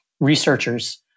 researchers